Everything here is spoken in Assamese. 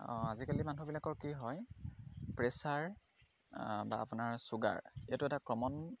আজিকালি মানুহবিলাকৰ কি হয় প্ৰেছাৰ বা আপোনাৰ চুগাৰ এইটো এটা কমণ